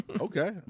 Okay